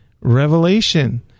revelation